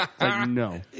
no